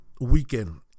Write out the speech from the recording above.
weekend